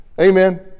Amen